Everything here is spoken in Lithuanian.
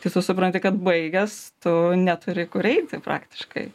tai tu supranti kad baigęs tu neturi kur eiti praktiškai